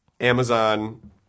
Amazon